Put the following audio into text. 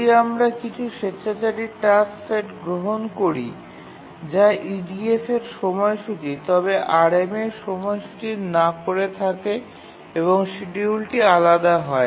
যদি আমরা কিছু স্বেচ্ছাচারী টাস্ক সেট গ্রহণ করি যা EDF এর সময়সূচী তবে RMA সময়সূচী না করে থাকে এবং শিডিউলটি আলাদা হয়